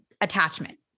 attachment